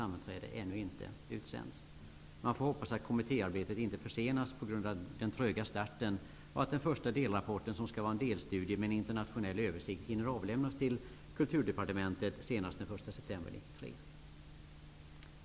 Man får hoppas att kommittéarbetet inte försenas på grund av den tröga starten och att den första delrapporten som skall vara en delstudie med en internationell översikt hinner avlämnas till Kulturdepartementet senast den 1 september 1993.